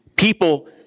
People